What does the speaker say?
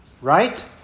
right